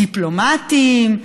דיפלומטיים,